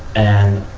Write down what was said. and,